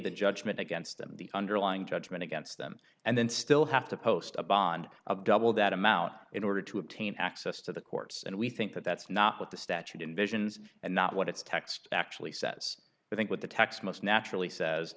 the judgment against them the underlying judgment against them and then still have to post a bond of double that amount in order to obtain access to the courts and we think that that's not what the statute in visions and not what it's text actually says i think what the text most naturally says